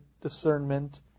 discernment